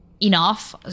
enough